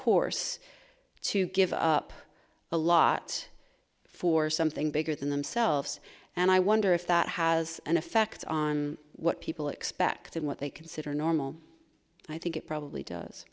course to give up a lot for something bigger than themselves and i wonder if that has an effect on what people expect and what they consider normal i think it probably does